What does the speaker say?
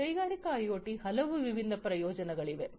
ಕೈಗಾರಿಕಾ ಐಒಟಿಯ ಹಲವು ವಿಭಿನ್ನ ಉಪಯೋಗಗಳಿವೆ